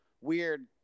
weird